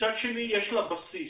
ומצד שני יש לה בסיס.